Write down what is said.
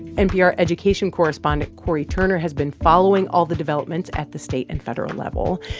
npr education correspondent cory turner has been following all the developments at the state and federal level.